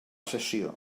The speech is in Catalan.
sessió